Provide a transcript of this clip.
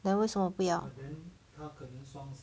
then 为什么不要